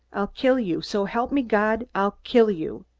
i'll kill you so help me god, i'll kill you!